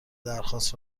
درخواست